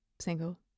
single